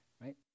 right